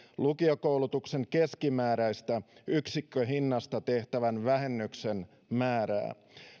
lukiokoulutuksen keskimääräisestä yksikköhinnasta tehtävän vähennyksen määrää